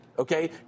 Okay